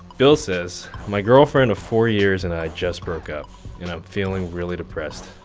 bill says, my girlfriend of four years and i just broke up, and i'm feeling really depressed.